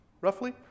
roughly